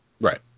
Right